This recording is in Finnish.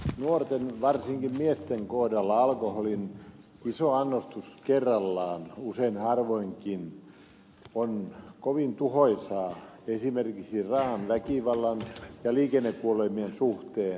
nuorten varsinkin miesten kohdalla alkoholin iso annostus kerrallaan usein harvoinkin on kovin tuhoisaa esimerkiksi raaan väkivallan ja liikennekuolemien suhteen